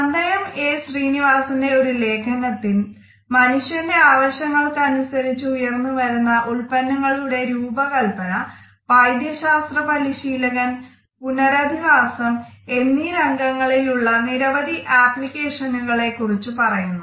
Mandayam A ശ്രീനിവാസന്റെ ഒരു ലേഖനത്തിൽ മനുഷ്യന്റെ ആവശ്യങ്ങൾക്ക് അനുസരിച്ച് ഉയർന്നു വരുന്ന ഉത്പന്നങ്ങളുടെ രൂപകല്പന വൈദ്യ ശാസ്ത്ര പരിശീലകൻ പുനരധിവാസം എന്നീ രംഗങ്ങളിൽ ഉള്ള നിരവധി അപ്ലിക്കേഷനുകളെ കുറിച്ച് പറയുന്നു